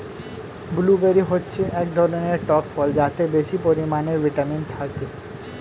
blueberry হচ্ছে এক ধরনের টক ফল যাতে বেশি পরিমাণে ভিটামিন থাকে